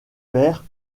père